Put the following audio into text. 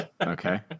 okay